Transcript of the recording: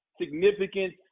significant